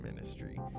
ministry